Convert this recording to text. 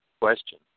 question